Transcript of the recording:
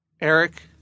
Eric